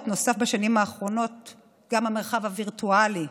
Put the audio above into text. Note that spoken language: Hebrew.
נוסף בשנים האחרונות גם המרחב הווירטואלי.